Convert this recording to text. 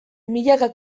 milaka